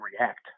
react